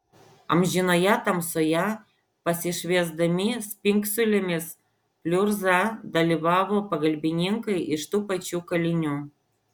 amžinoje tamsoje pasišviesdami spingsulėmis pliurzą dalydavo pagalbininkai iš tų pačių kalinių